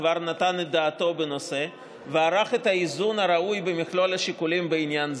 כבר נתן את דעתו בנושא וערך את האיזון הראוי במכלול השיקולים בעניין זה.